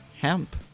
Hemp